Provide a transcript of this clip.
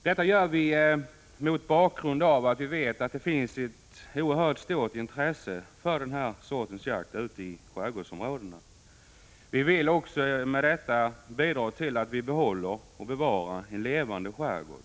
Detta föreslår vi mot bakgrund av att vi vet att det finns ett oerhört stort intresse för den här sortens jakt ute i skärgårdsområdena. Vi vill härigenom också bidra till att man behåller en levande skärgård.